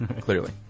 clearly